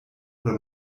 oder